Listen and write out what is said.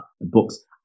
books